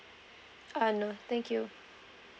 uh no thank you